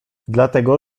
dlatego